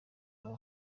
naho